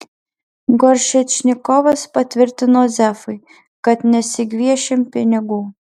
goršečnikovas patvirtino zefui kad nesigviešėm pinigų